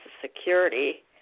security